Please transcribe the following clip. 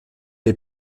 est